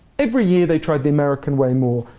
every year, they tried the american way more,